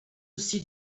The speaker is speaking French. aussi